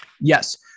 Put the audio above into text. Yes